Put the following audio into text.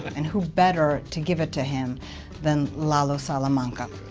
and who better to give it to him than lalo salamanca?